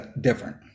different